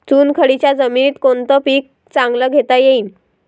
चुनखडीच्या जमीनीत कोनतं पीक चांगलं घेता येईन?